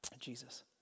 Jesus